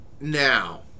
Now